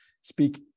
speak